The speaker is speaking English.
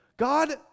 God